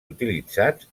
utilitzats